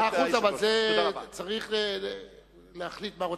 מאה אחוז, צריך להחליט מה רוצים.